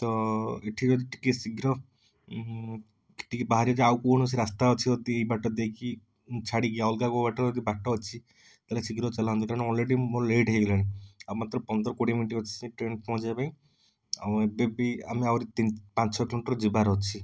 ତ ଏଠି ଯଦି ଟିକେ ଶୀଘ୍ର ଟିକେ ବାହାରେ ଯେ ଆଉ କୌଣସି ରାସ୍ତା ଅଛି ଯଦି ଏଇ ବାଟ ଦେଇକି ଛାଡ଼ିକି ଅଲଗା କେଉଁ ବାଟ ଯଦି ବାଟ ଅଛି ତା'ହେଲେ ଶୀଘ୍ର ଚାଲନ୍ତୁ କାରଣ ଅଲରେଡ଼ି ମୋର ଲେଟ୍ ହେଇଗଲାଣି ଆଉ ମାତ୍ର ପନ୍ଦର କୋଡ଼ିଏ ମିନିଟ୍ ଅଛି ସେ ଟ୍ରେନ ପହଞ୍ଚିବା ପାଇଁ ଆଉ ଏବେ ବି ଆମେ ଆହୁରି ତିନି ପାଞ୍ଚ ଛଅ କିଲୋମିଟର ଯିବାର ଅଛି